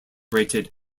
rated